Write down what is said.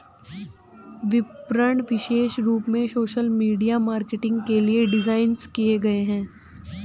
विपणक विशेष रूप से सोशल मीडिया मार्केटिंग के लिए डिज़ाइन किए गए है